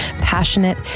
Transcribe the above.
passionate